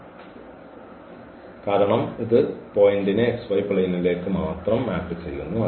അതിനാൽ ഈ ഇമേജ് ഈ xy പ്ലെയ്നല്ലാതെ മറ്റൊന്നുമല്ല കാരണം ഇത് പോയിന്റിനെ xy പ്ലെയിനിലേക്ക് മാത്രം മാപ്പ് ചെയ്യുന്നു